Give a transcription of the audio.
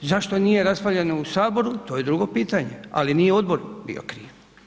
Zašto nije raspravljano u Saboru, to je drugo pitanje ali nije odbor bio kriv.